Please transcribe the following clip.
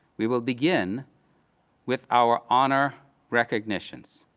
we will begin with our honor recognitions.